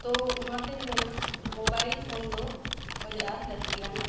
ᱛᱚ ᱚᱱᱟᱛᱮᱧ ᱢᱮᱱᱟ ᱢᱳᱵᱟᱭᱤᱞ ᱯᱷᱳᱱ ᱫᱚ ᱟᱰᱤ ᱟᱸᱴ ᱞᱟᱠᱛᱤᱭᱟᱱ